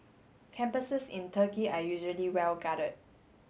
campuses in Turkey are usually well guarded